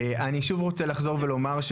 אני שוב רוצה לחזור ולומר,